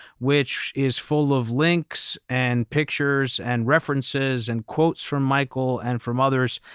which is full of links and pictures and references and quotes from michael and from others,